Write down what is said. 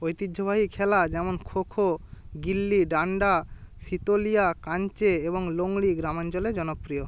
ঐতিহ্যবাহী খেলা যেমন খোখো গিল্লি ডান্ডা সিতোলিয়া কাঞ্চে এবং লোংড়ী গ্রামাঞ্চলে জনপ্রিয়